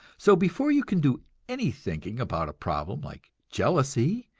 so before you can do any thinking about a problem like jealousy,